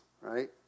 right